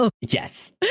Yes